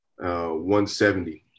170